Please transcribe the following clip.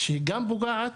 חקיקה שהיא גם פוגעת,